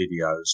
videos